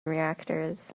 reactors